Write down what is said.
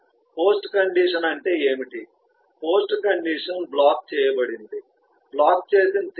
post condition అంటే ఏమిటి post condition block చేయబడింది బ్లాక్ చేసిన తేదీలు